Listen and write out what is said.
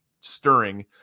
stirring